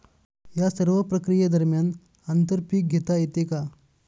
या सर्व प्रक्रिये दरम्यान आंतर पीक घेता येते का?